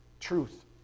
truth